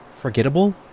Forgettable